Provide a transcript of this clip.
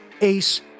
ace